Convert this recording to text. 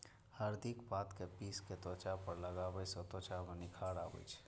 हरदिक पात कें पीस कें त्वचा पर लगाबै सं त्वचा मे निखार आबै छै